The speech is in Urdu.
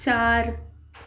چار